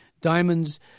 Diamonds